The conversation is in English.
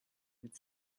would